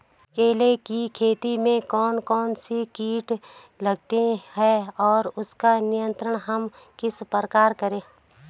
केले की खेती में कौन कौन से कीट लगते हैं और उसका नियंत्रण हम किस प्रकार करें?